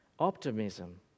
optimism